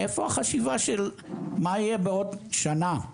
איפה החשיבה של מה יהיה בעוד שנה,